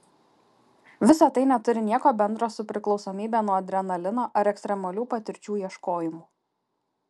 visa tai neturi nieko bendro su priklausomybe nuo adrenalino ar ekstremalių patirčių ieškojimu